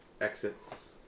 exits